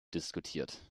diskutiert